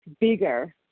bigger